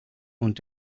und